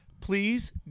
Please